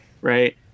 right